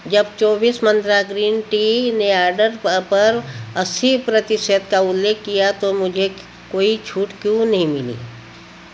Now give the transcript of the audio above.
जब चौबीस Mantra green tea ने आर्डर पर अस्सी प्रतिशत का उल्लेख किया तो मुझे कोई छूट क्यों नहीं मिली